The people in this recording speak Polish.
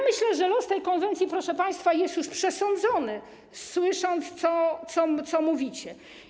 Myślę, że los tej konwencji, proszę państwa, jest już przesądzony, słysząc, co mówicie.